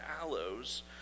aloes